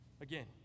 Again